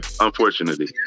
unfortunately